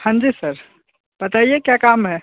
हं जी सर बताइए क्या काम है